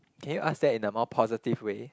can you ask that in a more positive way